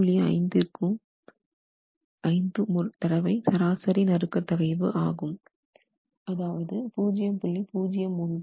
5 X சராசரி நறுக்க தகைவு ஆகும் அதாவது 0